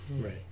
Right